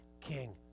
king